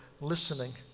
listening